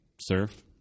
surf